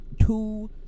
two